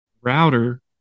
router